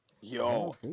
Yo